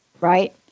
Right